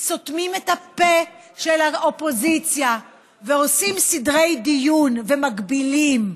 סותמים את הפה של האופוזיציה ועושים סדרי דיון ומגבילים.